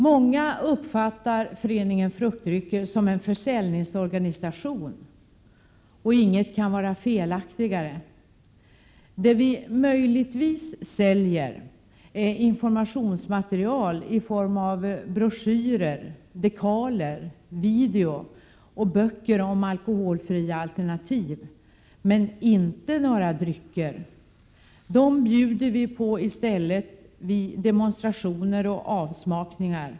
Många uppfattar Föreningen Fruktdrycker som en försäljningsorganisation. Inget kan vara mera felaktigt. Det vi möjligtvis säljer är informationsmaterial i form av broschyrer, dekaler, video och böcker om alkoholfria alternativ. Men vi säljer inte några drycker. Dem bjuder vi i stället på vid demonstrationer och avsmakningar.